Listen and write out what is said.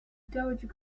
dowager